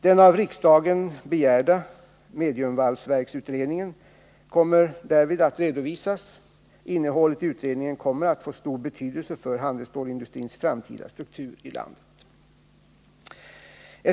Den av riksdagen begärda mediumvalsverksutredningen kommer därvid att redovisas. Innehållet i utredningen kommer att få stor betydelse för handelsstålsindustrins framtida struktur i landet.